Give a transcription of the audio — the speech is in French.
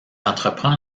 entreprend